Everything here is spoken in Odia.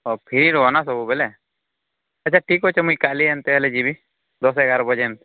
ହଁ ଫ୍ରି ରୁହ ନା ସବୁବେଲେ ଆଚ୍ଛା ଠିକ୍ ଅଛେ ମୁଇଁ କାଲି ଏନ୍ତା ହେଲେ ଯିବି ଦଶ ଏଗାର ବଜେନ୍